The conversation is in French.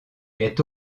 est